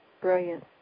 brilliant